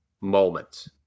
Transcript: moment